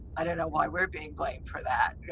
i don't know why we're being blamed for that. yeah